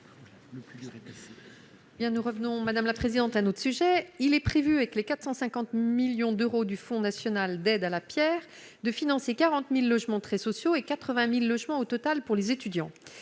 nous revenons, madame la présidente, un autre sujet, il est prévu avec les 450 millions d'euros du Fonds national d'aide à la Pierre de financer 40000 logements très sociaux et 80000 logements au total pour les étudiants